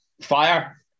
fire